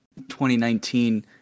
2019